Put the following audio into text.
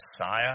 Messiah